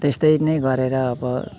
त्यस्तै नै गरेर अब